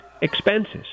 expenses